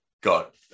got